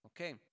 okay